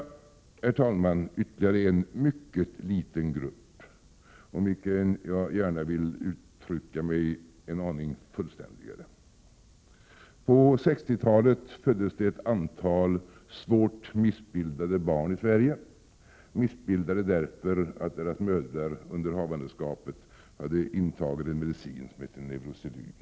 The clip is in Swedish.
Slutligen har jag ytterligare en mycket liten grupp om vilken jag gärna vill uttrycka mig en aning fullständigare. På 1960-talet föddes det ett antal svårt missbildade barn i Sverige, missbildade därför att deras mödrar under havandeskapet hade intagit en medicin som hette neurosedyn.